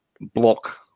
block